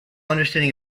understanding